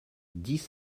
dix